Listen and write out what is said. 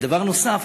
ודבר נוסף,